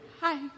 Hi